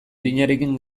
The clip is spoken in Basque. adinarekin